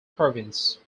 province